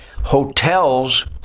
Hotels